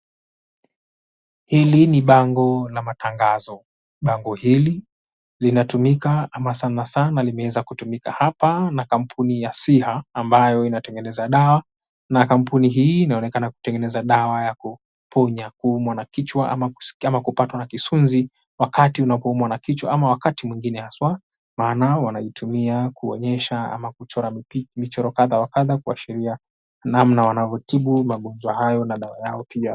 Hili ni bango la matangazo. Bango hili linatumika ama sanasana limeweza kutumika hapa na kampuni ya Siha ambayo inatengeneza dawa na kampuni hii inaonekana kutengeneza dawa ya kuponya kuumwa na kichwa ama kupatwa na kisunzi wakati unapoumwa na kichwa ama wakati mwingine haswa maana wanaitumia kuonyesha ama kuchora mchoro wa kadhaa wa kadhaa kuashiria namna wanavyotibu magonjwa hayo na dawa yao pia.